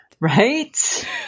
Right